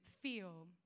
feel